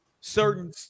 certain